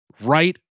right